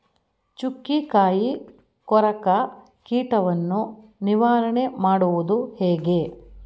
ಚುಕ್ಕಿಕಾಯಿ ಕೊರಕ ಕೀಟವನ್ನು ನಿವಾರಣೆ ಮಾಡುವುದು ಹೇಗೆ?